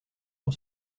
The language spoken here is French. sur